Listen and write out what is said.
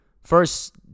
first